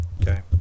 Okay